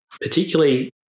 particularly